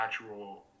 natural